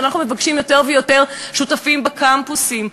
ואנחנו מבקשים יותר ויותר שותפים בקמפוסים,